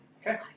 Okay